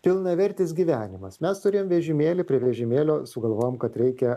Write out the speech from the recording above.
pilnavertis gyvenimas mes turėjom vežimėlį prie vežimėlio sugalvojom kad reikia